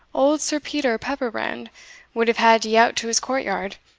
old sir peter pepperbrand would have had ye out to his court-yard,